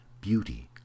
beauty